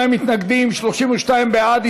42 מתנגדים, 32 בעד.